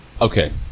Okay